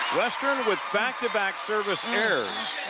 western with back-to-back service errors.